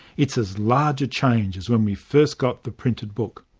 it's as large a change as when we first got the printed book.